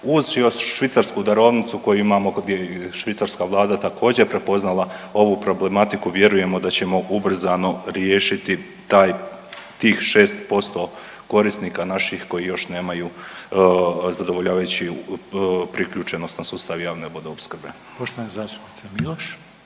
još švicarsku darovnicu koju imamo, gdje je švicarska vlada također, prepoznala ovu problematiku, vjerujemo da ćemo ubrzano riješiti taj, tih 6% korisnika naših koji još nemaju zadovoljavajući priključenost na sustav javne vodoopskrbe. **Reiner, Željko